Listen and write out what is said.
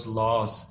laws